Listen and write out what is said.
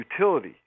utility